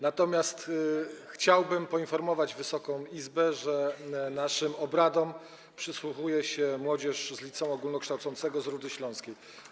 Natomiast chciałbym poinformować Wysoką Izbę, że naszym obradom przysłuchuje się młodzież z liceum ogólnokształcącego z Rudy Śląskiej.